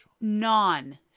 Non